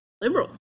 liberal